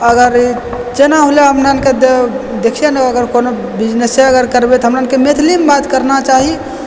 अगर ई जेना होलय हमरा अरके देखियइ ने अगर कोनो बिनजेसे अगर करबय तऽ हमरा अरके मैथिलीमे बात करना चाही